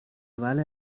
بله